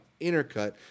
Intercut